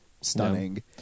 stunning